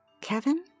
Kevin